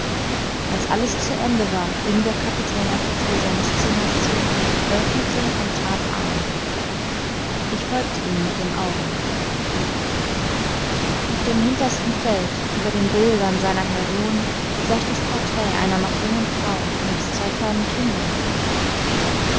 als alles zu ende war ging der kapitän auf die thür seines zimmers zu öffnete und trat ein ich folgte ihm mit den augen auf dem hintersten feld über den bildern seiner heroen sah ich das portrait einer noch jungen frau nebst zwei kleinen kindern